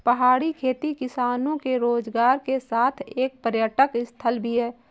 पहाड़ी खेती किसानों के रोजगार के साथ एक पर्यटक स्थल भी है